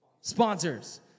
Sponsors